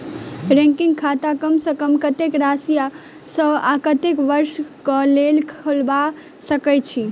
recurring खाता कम सँ कम कत्तेक राशि सऽ आ कत्तेक वर्ष कऽ लेल खोलबा सकय छी